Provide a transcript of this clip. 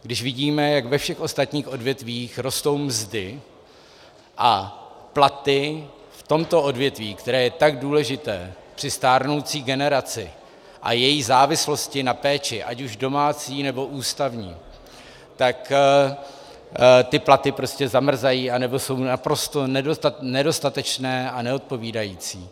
Když vidíme, jak ve všech ostatních odvětvích rostou mzdy a platy v tomto odvětví, které je tak důležité, při stárnoucí generaci a její závislosti na péči, ať už domácí, nebo ústavní, tak ty platy prostě zamrzají anebo jsou naprosto nedostatečné a neodpovídající?